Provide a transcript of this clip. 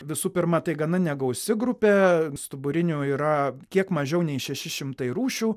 visų pirma tai gana negausi grupė stuburinių yra kiek mažiau nei šimtai rūšių